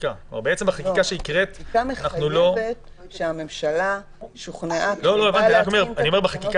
החקיקה מחייבת שהממשלה שוכנעה --- בתקנה